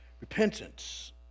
Repentance